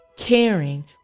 Caring